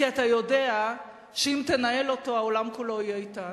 כי אתה יודע שאם תנהל אותו העולם כולו יהיה אתנו,